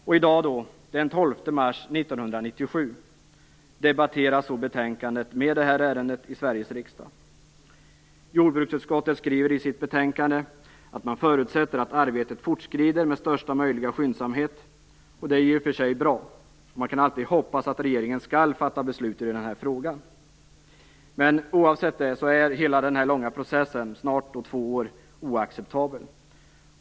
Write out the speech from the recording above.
Och i dag, den 12 mars 1997, debatteras så betänkandet med detta ärende i Sveriges riksdag. Jordbruksutskottet skriver i sitt betänkande att man förutsätter att arbetet fortskrider med största möjliga skyndsamhet, och det är ju i och för sig bra. Man kan alltid hoppas att regeringen skall fatta beslut i den här frågan. Men oavsett det är hela denna långa process, snart två år, oacceptabel.